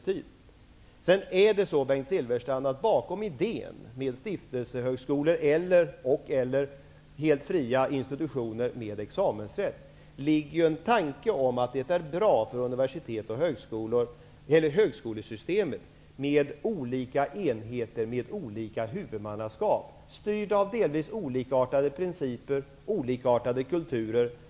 Vidare är det så, Bengt Silfverstrand, att bakom idén med stiftelsehögskolor och/eller helt fria institutioner med examensrätt ligger en tanke om att det är bra för högskolesystemet med olika enheter med olika huvudmannaskap, styrda av delvis olikartade principer och kulturer.